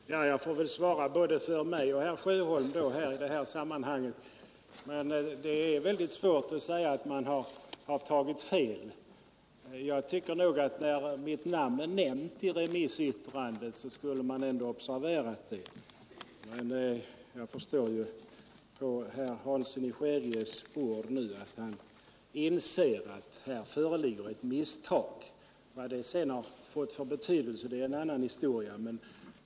Herr talman! Jag får väl svara både för mig och för herr Sjöholm då i detta sammanhang. Det är tydligen väldigt svårt att erkänna att man har tagit fel. Eftersom mitt namn är nämnt i remissyttrandet, tycker jag att man borde ha observerat att det förelåg ett misstag. Jag förstår av herr Hanssons ord nu att han inser det själv. Vad det sedan har fått för betydelse är en annan historia.